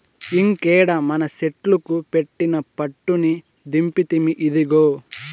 ఇంకేడ మనసెట్లుకు పెట్టిన పట్టుని దింపితిమి, ఇదిగో